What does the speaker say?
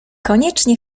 koniecznie